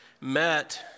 met